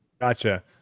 Gotcha